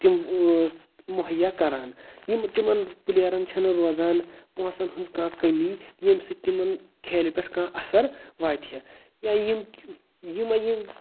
تِم مُہیا کَران یِم تِمَن پٕلیرَن چھِنہٕ روزان پونٛسَن ہٕنٛز کانٛہہ کٔمی ییٚمہِ سۭتۍ تِمن کھیلہِ پٮ۪ٹھ کانٛہہ اَثَر واتِہِیا یا یِم یِمے یِم